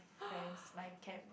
friends my camp